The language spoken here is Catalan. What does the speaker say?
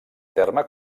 terme